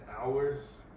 hours